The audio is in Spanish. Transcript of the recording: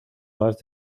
más